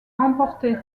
remporter